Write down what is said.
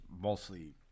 mostly